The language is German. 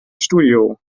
studio